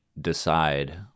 decide